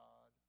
God